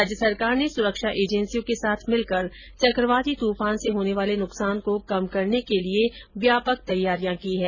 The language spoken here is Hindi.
राज्य सरकार ने सुरक्षा एजेंसियों के साथ मिलकर चक्रवाती तूफान से होने वाले नुकसान को कम करने की व्यापक तैयारियां की हैं